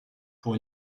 pour